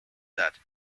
that